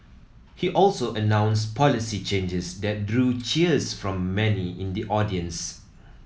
he also announced policy changes that drew cheers from many in the audience